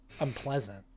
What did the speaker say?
unpleasant